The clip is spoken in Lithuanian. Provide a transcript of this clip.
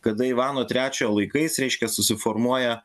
kada ivano trečiojo laikais reiškia susiformuoja